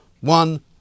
one